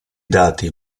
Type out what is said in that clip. dati